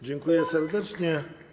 Dziękuję serdecznie.